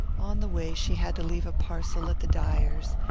on the way she had to leave a parcel at the dyer's,